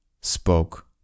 spoke